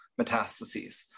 metastases